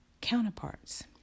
counterparts